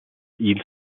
hills